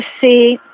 see